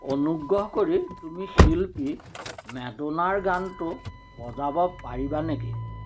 অনুগ্ৰহ কৰি তুমি শিল্পী মেডোনাৰ গানটো বজাব পাৰিবা নেকি